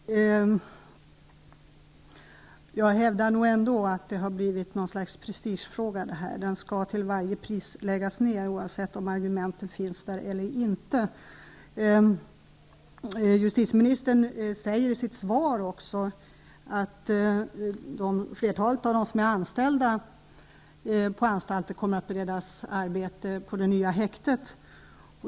Fru talman! Jag vill nog ändå hävda att denna fråga har blivit ett slags prestigefråga. Anstalten skall läggas ner till varje pris, oavsett om det finns argument för det eller inte. Justitieministern säger också i sitt svar att flertalet av dem som är anställda på anstalten kommer att beredas arbete på det nya häktet.